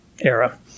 era